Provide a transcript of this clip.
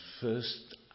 first